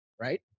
right